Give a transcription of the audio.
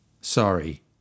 Sorry